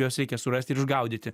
juos reikia surasti ir išgaudyti